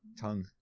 tongue